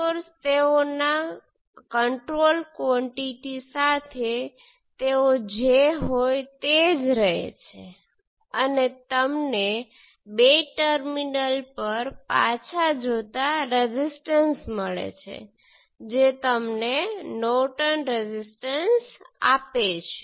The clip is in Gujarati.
ફરીથી તમે જૂના અથવા y પેરામિટર ઉદાહરણ પર પાછા જઈ શકો છો અને ચકાસી શકો છો કે આ સર્કિટ માટે y મેટ્રિક્સનો ઈન્વર્સ છે